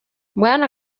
bwana